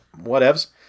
whatevs